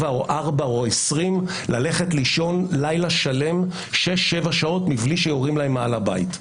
או 4 או 20 ללכת לישון לילה שלם 7-6 שעות מבלי שיורים מעל הבית שלהם.